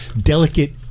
delicate